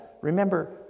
remember